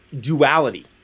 duality